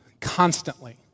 constantly